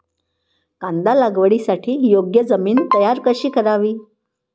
कांदा लागवडीसाठी योग्य जमीन तयार कशी करावी?